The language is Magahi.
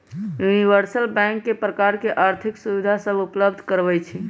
यूनिवर्सल बैंक कय प्रकार के आर्थिक सुविधा सभ उपलब्ध करबइ छइ